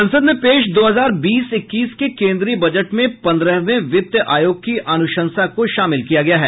संसद में पेश दो हजार बीस इक्कीस के केंद्रीय बजट में पंद्रहवें वित्त आयोग की अनुशंसा को शामिल किया गया है